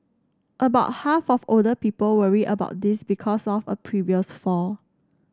about half of older people worry about this because of a previous fall